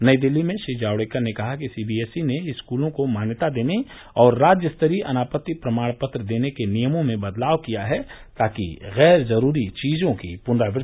नई दिल्ली में श्री जावडेकर ने कहा कि सीबीएसई ने स्कूलों को मान्यता देने और राज्यस्तरीय अनापत्ति प्रमाण पत्र देने के नियमों में बदलाव किया है ताकि गैर जरूरी चीजों की प्नरावृत्ति न हो